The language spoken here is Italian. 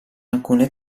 alcune